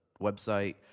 website